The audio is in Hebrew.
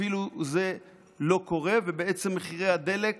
אפילו זה לא קורה, ומחירי הדלק